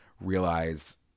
realize